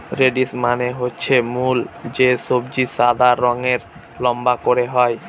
radish মানে হচ্ছে মূল যে সবজি সাদা রঙের লম্বা করে হয়